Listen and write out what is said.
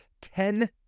Ten